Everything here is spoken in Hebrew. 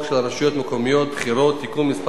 הרשויות המקומיות (בחירות) (תיקון מס'